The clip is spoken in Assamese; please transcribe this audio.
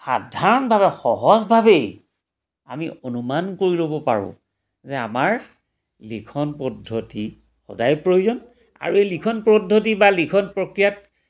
সাধাৰণভাৱে সহজভাৱেই আমি অনুমান কৰি ল'ব পাৰোঁ যে আমাৰ লিখন পদ্ধতি সদায় প্ৰয়োজন আৰু এই লিখন পদ্ধতি বা লিখন প্ৰক্ৰিয়াত